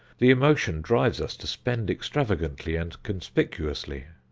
the emotion drives us to spend extravagantly and conspicuously,